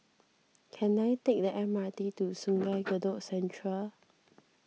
can I take the M R T to Sungei Kadut Central